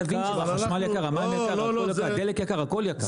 החשמל יקר, המים יקר, הדלק יקר, הכול יקר.